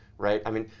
right? i mean,